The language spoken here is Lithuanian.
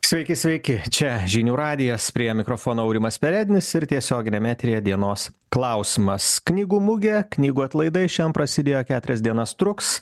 sveiki sveiki čia žinių radijas prie mikrofono aurimas perednis ir tiesioginiame eteryje dienos klausimas knygų mugė knygų atlaida ji šian prasidėjo keturias dienas truks